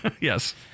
Yes